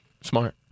Smart